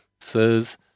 says